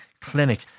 clinic